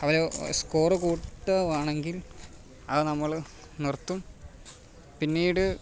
അവരെ സ്കോറ് കൂട്ടുവാണെങ്കിൽ അത് നമ്മള് നിർത്തും പിന്നീട്